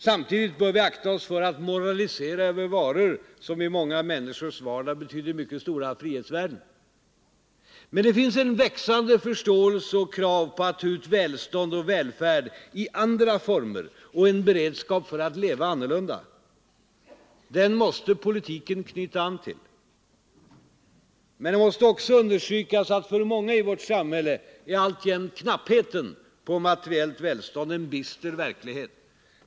Samtidigt bör vi akta oss för att moralisera över varor som i många människors vardag betyder mycket stora frihetsvärden. Men det finns en växande förståelse för och krav på att ta ut välstånd och välfärd i andra former och en beredskap för att leva annorlunda. Den måste politiken knyta an till. Men det måste också understrykas att för många i vårt samhälle är alltjämt knappheten på materiellt välstånd en bister verklighet.